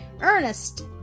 Ernest